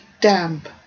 damp